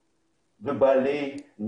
וידע.